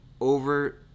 Over